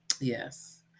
Yes